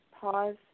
Pause